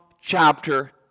chapter